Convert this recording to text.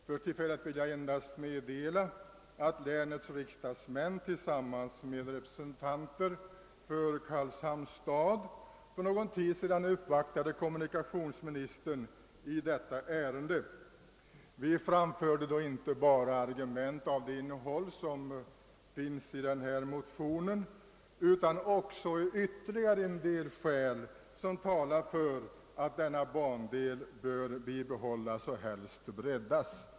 För tillfället skall jag endast nämna att länets riksdagsmän tillsammans med representanter för Karlshamns stad för någon tid sedan uppvaktade kommunikationsministern i detta ärende. Vi framförde då inte bara argument av det innehåll som finns i denna motion utan också ytterligare en del skäl som talar för att denna bandel bör bibehållas och helst breddas.